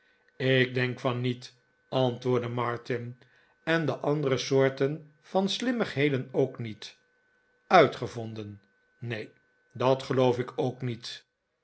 ik denk van niet antwoordde martin en de andere soorten van slimmigheden ook niet uitgevonden neen dat geloof ik ook niet